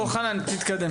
בוא חנן, תתקדם.